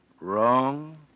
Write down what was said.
Wrong